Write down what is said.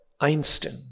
Einstein